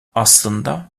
aslında